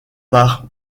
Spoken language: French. par